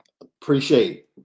Appreciate